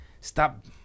Stop